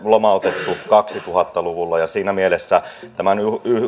lomautettu kaksituhatta luvulla ja siinä mielessä tämän